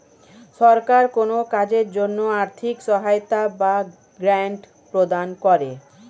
সরকার কোন কাজের জন্য আর্থিক সহায়তা বা গ্র্যান্ট প্রদান করে